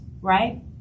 right